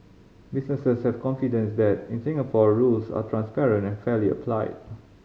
businesses have confidence that in Singapore rules are transparent and fairly applied